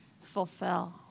fulfill